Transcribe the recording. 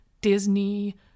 Disney